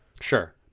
Sure